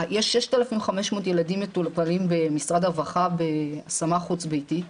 יש 6,500 ילדים מטופלים במשרד הרווחה בהשמה חוץ ביתית.